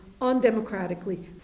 undemocratically